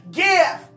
give